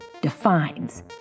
defines